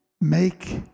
make